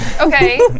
Okay